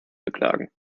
beklagen